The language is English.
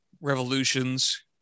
revolutions